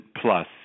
plus